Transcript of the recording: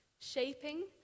shaping